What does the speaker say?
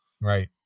Right